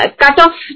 cut-off